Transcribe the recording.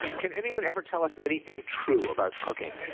can anyone ever tell us anything true about cooking?